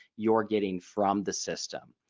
you're getting from the system.